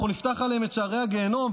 אנחנו נפתח עליהם את שערי הגיהינום,